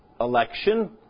election